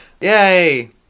Yay